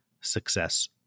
success